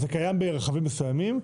זה קיים ברכבים מסוימים,